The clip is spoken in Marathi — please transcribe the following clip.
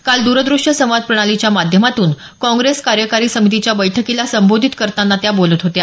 काल दूरदृष्य संवाद प्रणालीच्या माध्यमातून काँग्रेस कार्यकारी समितीच्या बैठकीला संबोधित करताना त्या बोलत होत्या